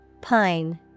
Pine